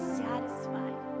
satisfied